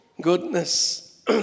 Goodness